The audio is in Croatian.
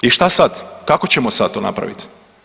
I šta sad, kako ćemo sad to napraviti?